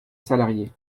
salariée